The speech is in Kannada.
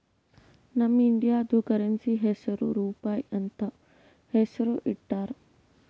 ನಮ್ ಇಂಡಿಯಾದು ಕರೆನ್ಸಿ ಹೆಸುರ್ ರೂಪಾಯಿ ಅಂತ್ ಹೆಸುರ್ ಇಟ್ಟಾರ್